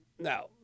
now